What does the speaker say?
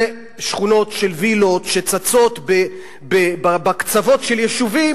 זה שכונות של וילות שצצות בקצוות של יישובים